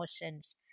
emotions